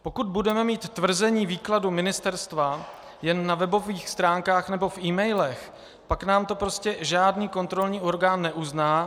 Pokud budeme mít tvrzení výkladu ministerstva jen na webových stránkách nebo v emailech, pak nám to prostě žádný kontrolní orgán neuzná.